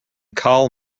karl